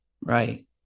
Right